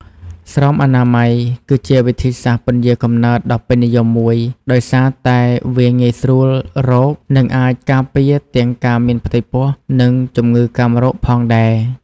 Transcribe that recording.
ស្រោមអនាម័យ គឺជាវិធីសាស្ត្រពន្យារកំណើតដ៏ពេញនិយមមួយ ដោយសារតែវាងាយស្រួលរក និងអាចការពារទាំងការមានផ្ទៃពោះ និងជំងឺកាមរោគផងដែរ។